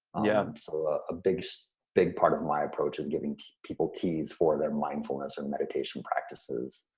yeah so a big so big part of my approach is giving people keys for their mindfulness and meditation practices,